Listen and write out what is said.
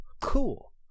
cool